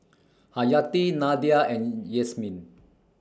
Hayati Nadia and Yasmin